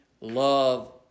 love